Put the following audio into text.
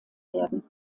werden